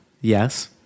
Yes